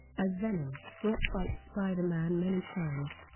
as venom, brock fights spider-man many times,